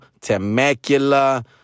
Temecula